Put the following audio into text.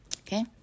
Okay